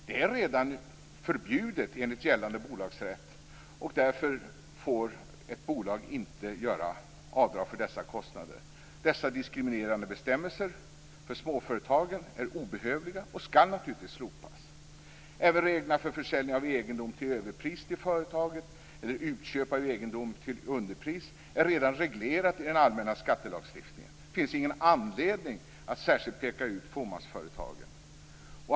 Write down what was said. Det är redan förbjudet enligt gällande bolagsrätt. Därför får ett bolag inte göra avdrag för dessa kostnader. Dessa diskriminerande bestämmelser för småföretagen är obehövliga och skall naturligtvis slopas. Även reglerna för försäljning av egendom till överpris till företagen eller utköp av egendom till underpris är redan reglerat i den allmänna skattelagstiftningen. Det finns ingen anledning att särskilt peka ut fåmansföretagen.